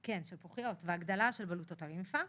והגדלה של בלוטות הלימפה.